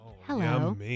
Hello